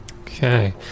Okay